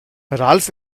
ralf